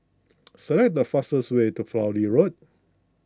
select the fastest way to Fowlie Road